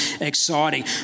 exciting